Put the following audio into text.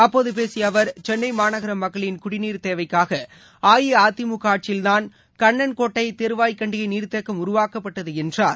அப்போதுபேசியஅவர் சென்னைமாநகரமக்களின் குடிநீர் தேவைக்காகஅஇஅதிமுகஆட்சியில்தான் கண்ணன்கோட்டை தேர்வாய்கண்டிகைநீர்த்தேக்கம் உருவாக்கப்பட்டதுஎன்றார்